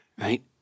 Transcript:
right